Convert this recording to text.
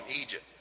Egypt